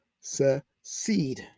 succeed